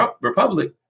Republic